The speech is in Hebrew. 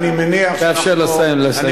תאפשר לשר לסיים.